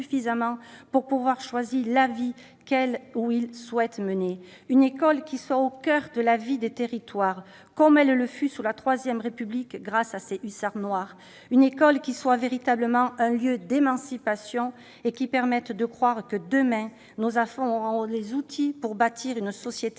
suffisamment pour pouvoir choisir la vie qu'elle ou il souhaite mener, une école qui est au coeur de la vie des territoires, comme elle le fut sous la III République, grâce à ses « hussards noirs », une école qui soit un véritable lieu d'émancipation et qui permette de croire que, demain, nos enfants auront les outils pour bâtir une société